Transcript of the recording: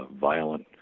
violent